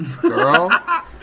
girl